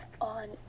on